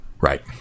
Right